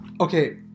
okay